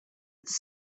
its